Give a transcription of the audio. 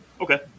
Okay